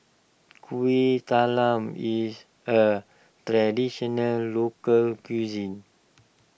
Kueh Talam is a Traditional Local Cuisine